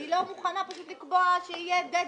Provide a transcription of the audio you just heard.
אני פשוט לא מוכנה לקבוע שיהיה deadline,